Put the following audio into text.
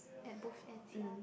at both ends ya